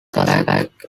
pack